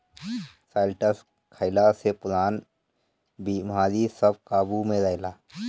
शैलटस खइला से पुरान बेमारी सब काबु में रहेला